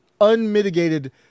unmitigated